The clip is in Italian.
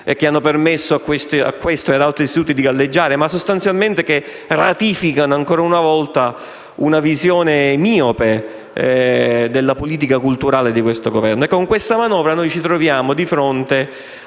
che hanno permesso a questo e ad altri istituti di galleggiare ma che sostanzialmente ratificano, ancora una volta, una visione miope della politica culturale di questo Governo. Con questa manovra, noi ci troviamo di fronte